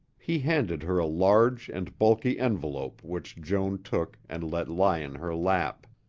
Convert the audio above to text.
he handed her a large and bulky envelope which joan took and let lie in her lap.